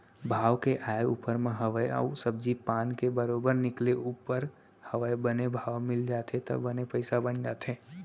भाव के आय ऊपर म हवय अउ सब्जी पान के बरोबर निकले ऊपर हवय बने भाव मिल जाथे त बने पइसा बन जाथे